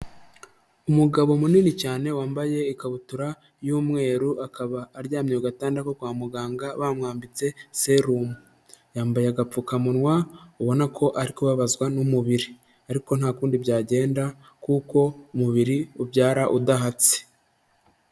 Umugabo munini cyane wambaye ikabutura y'umweru akaba aryamye ku gatanda ko kwa muganga bamwambitse serumu, yambaye agapfukamunwa ubona ko ari kubabazwa n'umubiri ariko nta kundi byagenda kuko umubiri ubyara udahatse.